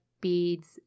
beads